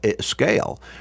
scale